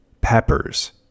peppers